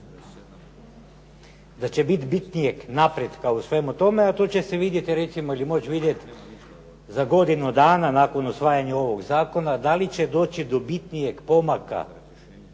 da će biti bitnijeg napretka u svemu tome a to će se vidjeti recimo ili moći vidjeti za godinu dana nakon usvajanja ovoga zakona da li će doći do bitnijeg pomaka